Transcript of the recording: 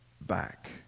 back